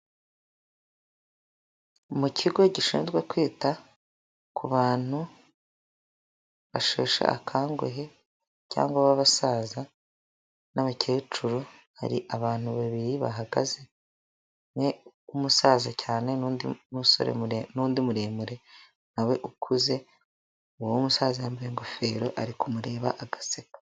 Mu kigo gishinzwe kwita ku bantu basheshe akanguhe, cyangwa b'abasaza n'abakecuru, hari abantu babiri bahagaze, umwe w'umusaza cyane n'undi musore, n'undi muremure nkawe, umusaza yambaye ingofero ari kumureba agaseka.